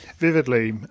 Vividly